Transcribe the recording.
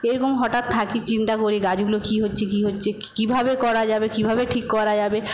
এরকম হঠাৎ থাকি চিন্তা করি গাছগুলো কী হচ্ছে কী হচ্ছে কীভাবে করা যাবে কীভাবে ঠিক করা যাবে